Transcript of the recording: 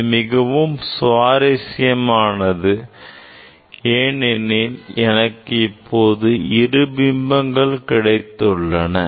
இது மிகவும் சுவாரஸ்யமானது ஏனெனில் எனக்கு இப்போது இரண்டு பிம்பங்கள் கிடைத்துள்ளன